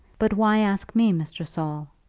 but why ask me, mr. saul?